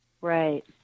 Right